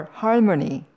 harmony